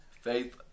Faith